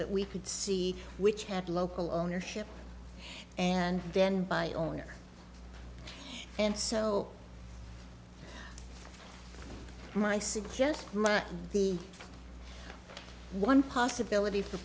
that we could see which had local ownership and then by owner and so my suggests my the one possibility for